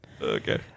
Okay